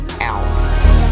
out